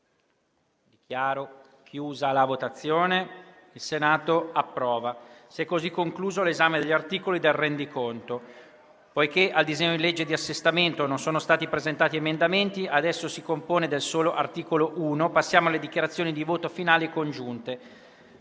Senato approva**. *(v. Allegato B)*. Si è così concluso l'esame degli articoli del rendiconto. Poiché al disegno di legge di assestamento non sono stati presentati emendamenti, ed esso si compone del solo articolo 1, passiamo alle dichiarazioni di voto finali sul